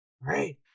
Right